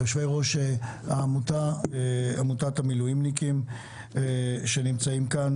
ליושבי ראש עמותת המילואימניקים שנמצאים כאן